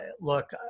look